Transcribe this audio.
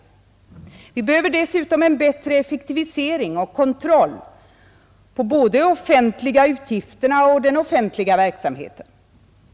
Dessutom behöver vi en bättre effektivitet och kontroll på både de offentliga utgifterna och den offentliga verksamheten.